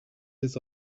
his